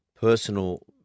personal